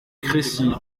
crécy